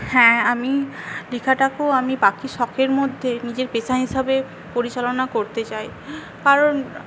হ্যাঁ আমি লেখাটাকেও আমি বাকি সখের মধ্যে নিজের পেশা হিসাবে পরিচালনা করতে চাই কারণ